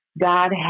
God